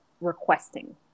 requesting